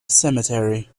cemetery